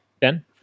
Ben